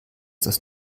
das